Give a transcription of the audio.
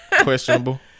Questionable